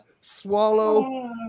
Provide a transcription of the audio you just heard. swallow